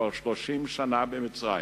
כבר 30 שנה במצרים